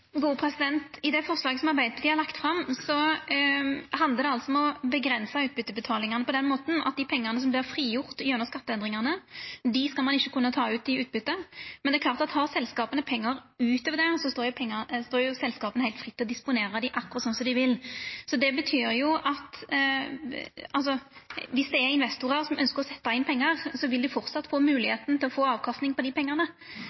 det forslaget som Arbeidarpartiet har lagt fram, handlar det om å avgrensa utbytteutbetalingane på den måten at dei pengane som vert frigjorde gjennom skatteendringane, skal ein ikkje kunna ta ut i utbytte. Men det er klart at har selskapa pengar utover det, står selskapa heilt fritt til å disponera dei akkurat slik som dei vil. Dersom det er investorar som ønskjer å setja inn pengar, vil dei framleis ha moglegheit til å få avkastning på dei pengane. Det me ønskjer å avgrensa, er at dei pengane